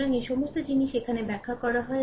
সুতরাং এই সমস্ত জিনিস এখানে ব্যাখ্যা করা হয়